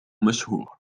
مشهور